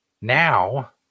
Now